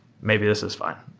maybe this is fine.